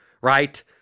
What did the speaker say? Right